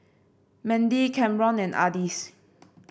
Mendy Camron and Ardis